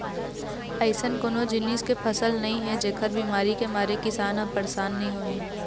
अइसन कोनो जिनिस के फसल नइ हे जेखर बिमारी के मारे किसान ह परसान नइ होही